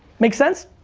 makes sense.